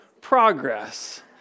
progress